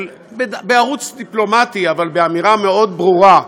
בערוץ דיפלומטי אבל באמירה מאוד ברורה: